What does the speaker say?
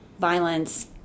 violence